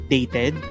Dated